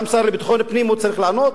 גם השר לביטחון פנים צריך לענות?